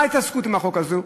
מה ההתעסקות עם החוק הזה?